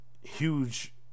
huge